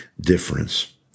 difference